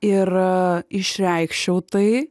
ir išreikščiau tai